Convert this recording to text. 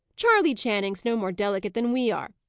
charley channing's no more delicate than we are.